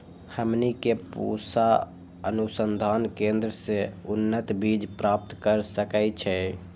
हमनी के पूसा अनुसंधान केंद्र से उन्नत बीज प्राप्त कर सकैछे?